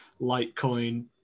Litecoin